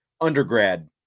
undergrad